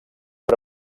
per